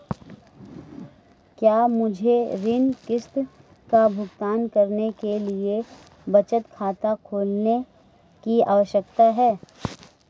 क्या मुझे ऋण किश्त का भुगतान करने के लिए बचत खाता खोलने की आवश्यकता है?